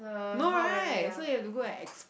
no right so you have to go and ex~